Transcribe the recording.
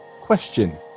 question